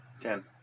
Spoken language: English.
Ten